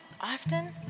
often